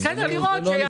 לצערי הרב אני לא יכול.